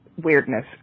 weirdness